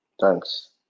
Thanks